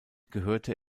gehörte